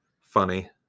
Funny